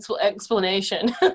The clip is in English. explanation